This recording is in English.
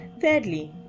Thirdly